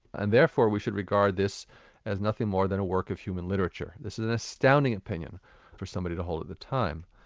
and therefore we should regard this as nothing more than a work of human literature. this is an astounding opinion for somebody to hold at the time.